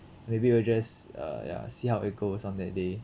maybe we'll just uh ya see how it goes on that day